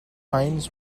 hines